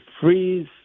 freeze